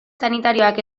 sanitarioak